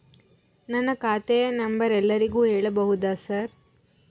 ನನ್ನ ಖಾತೆಯ ನಂಬರ್ ಎಲ್ಲರಿಗೂ ಹೇಳಬಹುದಾ ಸರ್?